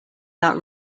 that